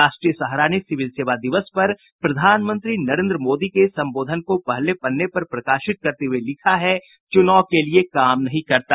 राष्ट्रीय सहारा ने सिविल सेवा दिवस पर प्रधानमंत्री नरेंद्र मोदी के संबोधन को पहले पन्ने पर प्रकाशित करते हुये लिखा है चुनाव के लिये काम नहीं करता